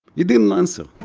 he didn't answer.